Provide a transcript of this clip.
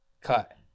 cut